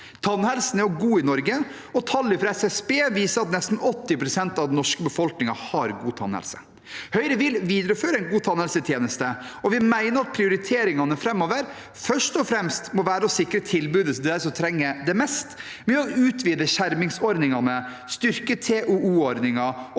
Tannhelsen er også god i Norge. Tall fra SSB viser at nesten 80 pst. av den norske befolkningen har god tannhelse. Høyre vil videreføre en god tannhelsetjeneste, og vi mener prioriteringene framover først og fremst må være å sikre tilbudet til dem som trenger det mest, ved å utvide skjermingsordningene, styrke TOO-ordningen